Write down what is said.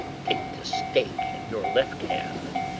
take this stake in your left hand,